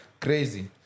crazy